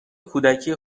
کودکی